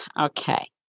Okay